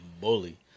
bully